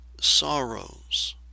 sorrows